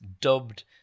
dubbed